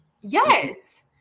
Yes